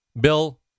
Bill